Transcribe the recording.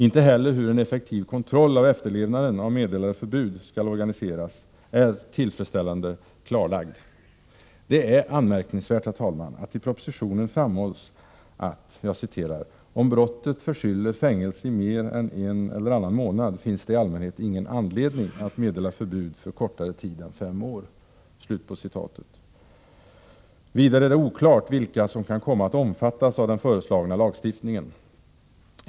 Inte heller hur en effektiv kontroll av efterlevnaden av meddelade förbud skall organiseras är tillfredsställande klarlagt. Det är anmärkningsvärt, herr talman, att i propositionen framhålls att ”om brottet förskyller fängelse i mer än en eller annan månad finns det i allmänhet ingen anledning att meddela förbud för kortare tid än fem år”. Vidare är det oklart vilka som kan komma att omfattas av den föreslagna lagstiftningen.